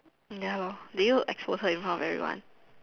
ya lor did you expose her in front of everyone